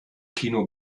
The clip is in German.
kino